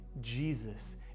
Jesus